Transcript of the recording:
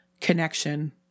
connection